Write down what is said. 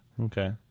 Okay